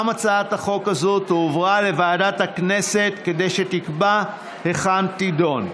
גם הצעת החוק הזאת תועבר לוועדת הכנסת כדי שתקבע היכן תידון.